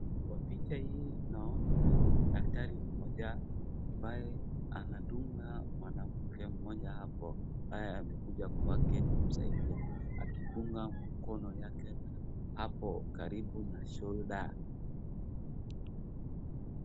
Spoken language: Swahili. Kwa picha hii naona daktari mmoja ambaye anadunga mwanamke mmoja hapo amekuja kwake kumasaidia akifunga mkono yake hapo karibu na [cs ]shoulder [ cs ].